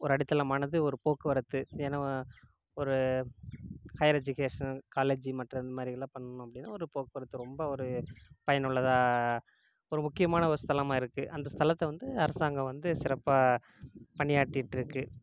ஒரு அடித்தலமானது ஒரு போக்குவரத்து ஏனா ஒரு ஹையர் எஜிகேஷன் காலேஜி மற்ற இந்த மாதிரி இதெலாம் பண்ணிணோம் அப்படின்னா ஒரு போக்குவரத்து ரொம்ப ஒரு பயனுள்ளதாக ஒரு முக்கியமான ஒரு ஸ்தலமாக இருக்குது அந்த ஸ்தலத்தை வந்து அரசாங்கம் வந்து சிறப்பாக பணியாற்றிட்டுருக்கு